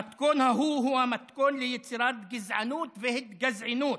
המתכון ההוא הוא המתכון ליצירת גזענות והתגזענות.